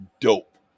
dope